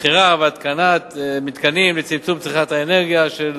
מכירה והתקנת מתקנים לצמצום צריכת האנרגיה),